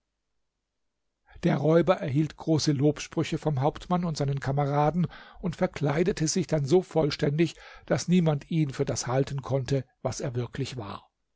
der räuber erhielt große lobsprüche vom hauptmann und seinen kameraden und verkleidete sich dann so vollständig daß niemand ihn für das halten konnte was er wirklich war